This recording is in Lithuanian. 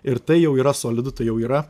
ir tai jau yra solidu tai jau yra